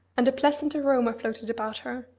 and a pleasant aroma floated about her,